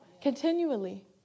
continually